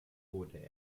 wurde